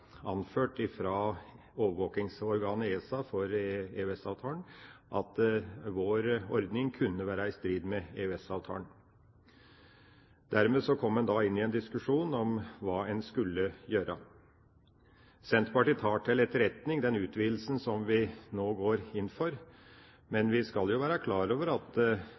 anført fra overvåkingsorganet ESA at vår ordning kunne være i strid med EØS-avtalen. Dermed kom en inn i en diskusjon om hva en skulle gjøre. Senterpartiet tar til etterretning den utvidelsen som vi nå går inn for. Men vi skal være klar over at